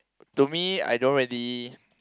to me I don't really